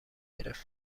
گرفت